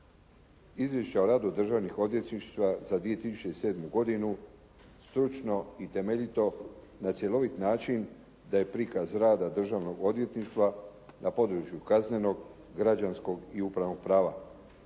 Izvješće o radu državnih odvjetništva za 2007. godinu stručno i temeljito, na cjelovit način daje prikaz rada državnog odvjetništva na području kaznenog, građanskog i upravnog prava,